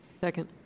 Second